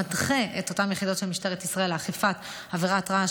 מנחה את אותן יחידות של משטרת ישראל לאכיפת עבירת רעש,